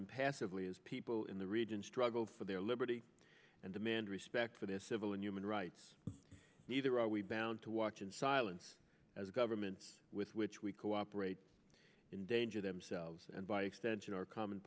impassively as people in the region struggle for their liberty and demand respect for their civil and human rights neither are we bound to watch in silence as governments with which we cooperate in danger themselves and by extension our common